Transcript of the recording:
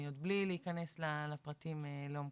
אני בלי להיכנס לעומקם,